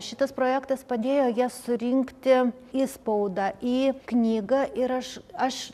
šitas projektas padėjo jas surinkti į spaudą į knygą ir aš aš